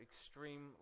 extreme